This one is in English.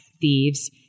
thieves